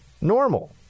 normal